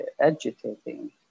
agitating